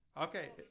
Okay